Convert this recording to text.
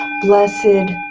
Blessed